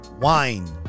wine